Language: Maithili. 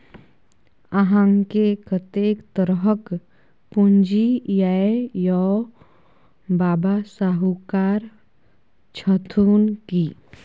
अहाँकेँ कतेक तरहक पूंजी यै यौ? बाबा शाहुकार छथुन की?